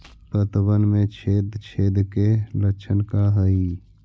पतबन में छेद छेद के लक्षण का हइ?